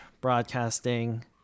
broadcasting